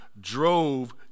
drove